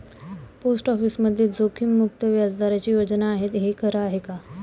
Post ऑफिसमध्ये जोखीममुक्त व्याजदराची योजना आहे, हे खरं आहे का?